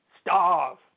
Starve